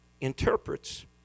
interprets